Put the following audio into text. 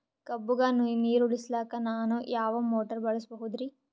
ಕಬ್ಬುಗ ನೀರುಣಿಸಲಕ ನಾನು ಯಾವ ಮೋಟಾರ್ ಬಳಸಬಹುದರಿ?